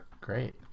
Great